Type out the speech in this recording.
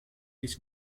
dich